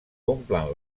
omplen